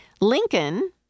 Lincoln